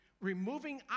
removing